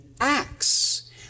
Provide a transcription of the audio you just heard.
acts